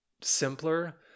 simpler